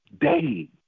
day